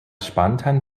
spontan